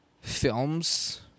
films